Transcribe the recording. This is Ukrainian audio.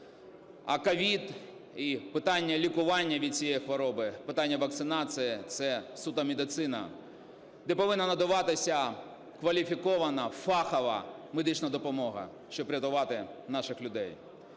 А COVID і питання лікування від цієї хвороби, питання вакцинації – це суто медицина, де повинна надаватися кваліфікована фахова медична допомога, щоб рятувати наших людей.